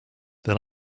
then